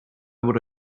would